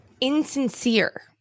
insincere